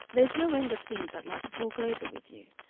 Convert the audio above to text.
there's no end of things i'd like to talk over with you.